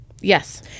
Yes